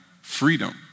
freedom